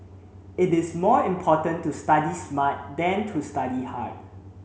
it is more important to study smart than to study hard